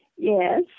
Yes